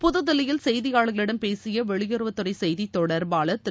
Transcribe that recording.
புதுதில்லியில் செய்தியாளர்களிடம் பேசிய வெளியுறவுத் துறை செய்தித் தொடர்பாளர் திரு